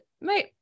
mate